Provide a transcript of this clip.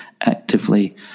actively